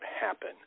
happen